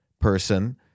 person